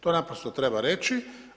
To naprosto treba reći.